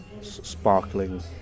sparkling